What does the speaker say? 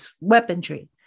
weaponry